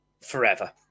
forever